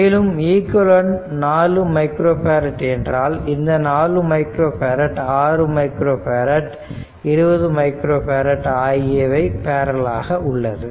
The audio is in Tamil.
மேலும் ஈக்விவலெண்ட் 4 மைக்ரோ ஃபேரட் என்றால் இந்த 4 micro farad 6 microfarad 20 micro farad ஆகியவை பேரலல் ஆக உள்ளது